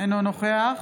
אינו נוכח